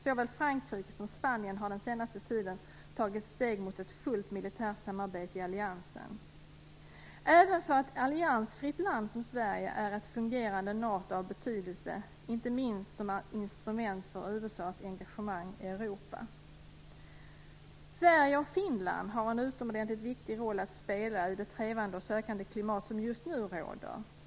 Såväl Frankrike som Spanien har den senaste tiden tagit steg mot ett fullt militärt samarbete i alliansen. Även för ett alliansfritt land som Sverige är ett fungerande NATO av betydelse, inte minst som instrument för USA:s engagemang i Europa. Sverige och Finland har en utomordentligt viktig roll att spela i det trevande och sökande klimat som just nu råder.